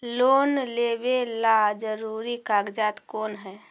Loan लेब ला जरूरी कागजात कोन है?